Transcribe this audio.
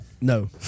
No